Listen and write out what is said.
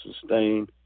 sustain